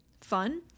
fun